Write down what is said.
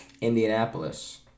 Indianapolis